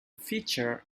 feature